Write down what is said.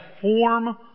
form